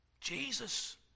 Jesus